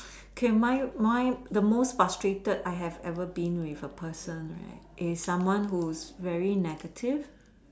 okay mine mine the most frustrated I have ever been with a person right is someone who is very negative